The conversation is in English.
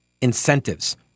Incentives